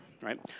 right